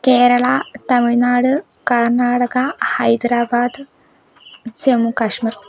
Kerala Tamil Nadu Karnataka Hyderabad Jammu Kashmir